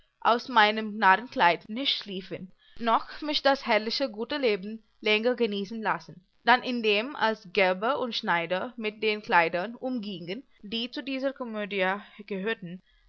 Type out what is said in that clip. aus meinem narrenkleid nicht schliefen noch mich das herrliche gute leben länger genießen lassen dann indem als gerber und schneider mit den kleidern umgiengen die zu dieser komödia gehörten